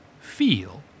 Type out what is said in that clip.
feel